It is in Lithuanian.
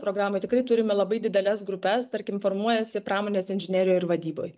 programoj tikrai turime labai dideles grupes tarkim formuojasi pramonės inžinerijoj ir vadyboj